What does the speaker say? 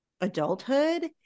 Adulthood